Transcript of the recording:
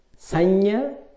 Sanya